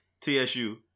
TSU